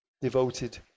devoted